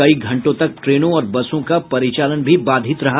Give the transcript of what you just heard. कई घंटे तक ट्रेनों और बसों का परिचालन भी बाधित रहा